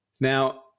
Now